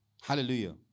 Hallelujah